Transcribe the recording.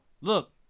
look